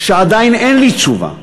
ועדיין אין לי תשובה: